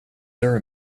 there